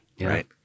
right